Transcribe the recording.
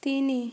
ତିନି